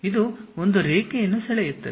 ಇದು ಒಂದು ರೇಖೆಯನ್ನು ಸೆಳೆಯುತ್ತದೆ